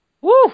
Woo